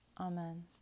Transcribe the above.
Amen